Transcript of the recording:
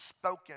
spoken